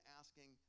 asking